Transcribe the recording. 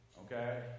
Okay